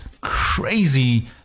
crazy